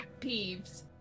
peeves